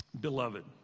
Beloved